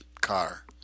car